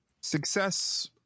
Success